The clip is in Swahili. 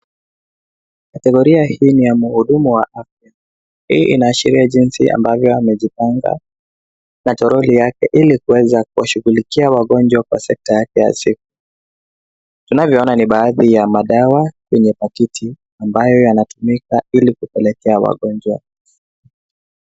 Kategoria hii ni ya mhudumu wa afya. Hii inaashiria jinsi ambavyo amejipanga, na toroli yake ili kuweza kuwashughulikiwa wagonjwa, kwa sekta yake ya siku. Tunavyoona ni baadhi ya madawa, kwenye pakiti, ambayo yanatumika, Ili kupelekea wagonjwa.